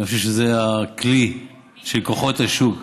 ואני חושב שזה הכלי של כוחות השוק.